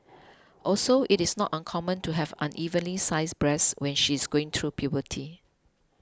also it is not uncommon to have unevenly sized breasts when she is going through puberty